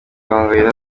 gahongayire